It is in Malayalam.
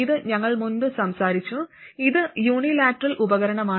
ഇത് ഞങ്ങൾ മുമ്പ് സംസാരിച്ചു ഇത് യൂണിലാറ്ററൽ ഉപകരണമാണ്